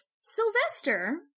Sylvester